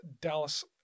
Dallas